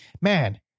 Man